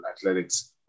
athletics